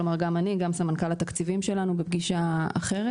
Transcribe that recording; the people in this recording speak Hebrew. כלומר גם אני גם סמנכ"ל התקציבים שלנו בפגישה אחרת